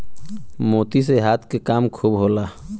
मोती से हाथ के काम खूब होला